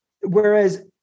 Whereas